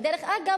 דרך אגב,